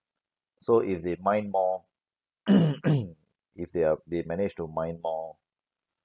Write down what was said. so if they mine more if they uh they manage to mine more